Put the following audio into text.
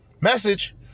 Message